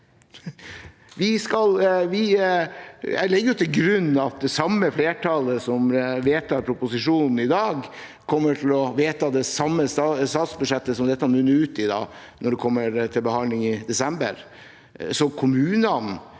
Jeg legger til grunn at det samme flertallet som vedtar proposisjonen i dag, kommer til å vedta det samme statsbudsjettet som dette munner ut i når det kommer til behandling i desember.